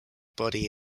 body